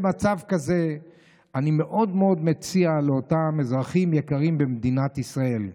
במצב כזה אני מאוד מאוד מציע לאותם אזרחים יקרים במדינת ישראל: